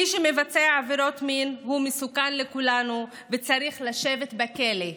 מי שמבצע עבירות מין הוא מסוכן לכולנו וצריך לשבת בכלא.